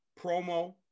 promo